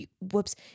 whoops